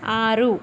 ఆరు